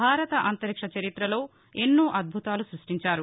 భారత అంతరిక్ష చరితలో ఎన్నో అద్భుతాలు స ృష్టించారు